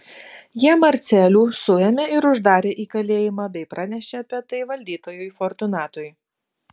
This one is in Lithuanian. jie marcelių suėmė ir uždarė į kalėjimą bei pranešė apie tai valdytojui fortunatui